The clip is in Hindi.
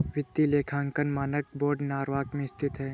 वित्तीय लेखांकन मानक बोर्ड नॉरवॉक में स्थित है